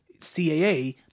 CAA